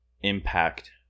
impact